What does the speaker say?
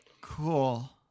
Cool